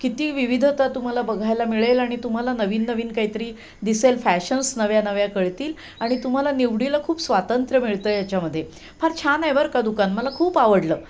किती विविधता तुम्हाला बघायला मिळेल आणि तुम्हाला नवीन नवीन काहीतरी दिसेल फॅशन्स नव्या नव्या कळतील आणि तुम्हाला निवडीला खूप स्वातंत्र्य मिळतं याच्यामध्ये फार छान आहे वर का दुकान मला खूप आवडलं